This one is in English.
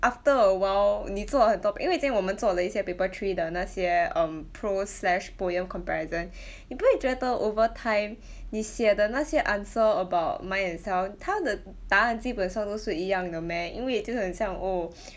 after a while 你做了很多因为今天我们做了一些 paper three 的那些 um pro slash poem comparison 你不会觉得 over time 你写的那些 answer about mind and self 他的 mm 答案基本上都是一样的 meh 因为就很像 oh